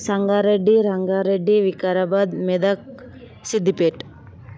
Sangareddy Rangareddy Vikarabad Medak Siddipet